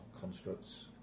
constructs